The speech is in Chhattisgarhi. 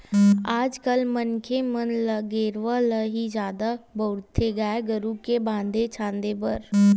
आज कल मनखे मन ल गेरवा ल ही जादा बउरथे गाय गरु के बांधे छांदे बर